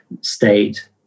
state